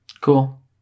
Cool